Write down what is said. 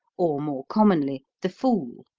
or, more commonly, the fool.